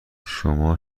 شما